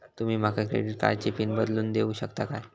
तुमी माका क्रेडिट कार्डची पिन बदलून देऊक शकता काय?